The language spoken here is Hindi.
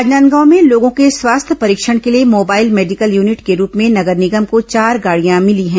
राजनांदगांव में लोगों के स्वास्थ्य परीक्षण के लिए मोबाइल मेडिकल यूनिट के रूप में नगर निगम को चार गाड़ियां मिली हैं